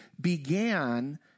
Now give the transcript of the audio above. began